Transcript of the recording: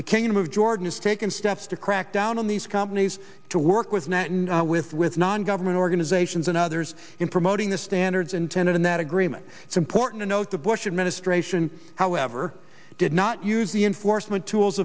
the king of jordan has taken steps to crack down on these companies to work with nat and with with non government organizations and others in promoting the standards intended in that agreement it's important to note the bush administration however did not use the enforcement tools